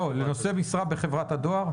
לנושא משרה בחברת הדואר?